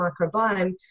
microbiome